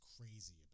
crazy